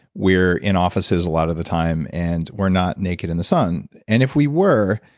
we're in offices a lot of the time and we're not naked in the sun. and if we were,